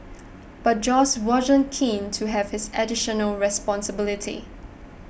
but Josh wasn't keen to have this additional responsibility